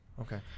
Okay